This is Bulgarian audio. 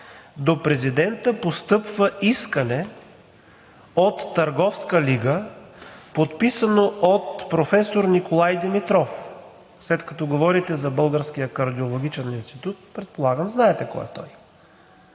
до президента постъпва искане на официална бланка от Търговска лига, подписано от професор Николай Димитров. След като говорите за Българския кардиологичен институт, предполагам, знаете кой е той.